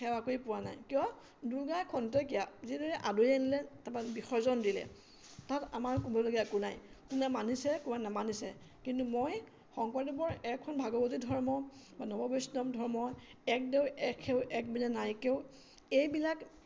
সেৱা কৰি পোৱা নাই কিয় দুৰ্গা খন্তকীয়া যিদৰে আদৰি আনিলে তাৰপৰা বিসৰ্জন দিলে তাত আমাৰ ক'বলগীয়া একো নাই কোনে মানিছে কোনে নামানিছে কিন্তু মই শংকৰদেৱৰ এক শৰণ ভাগৱতী ধৰ্ম বা নৱ বৈষ্ণৱ ধৰ্ম এক দেৱ এক সেৱ একবিনে নাই কেও এইবিলাক